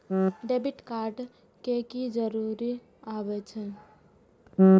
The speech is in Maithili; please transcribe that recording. डेबिट कार्ड के की जरूर आवे छै?